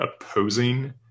opposing